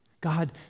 God